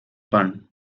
pan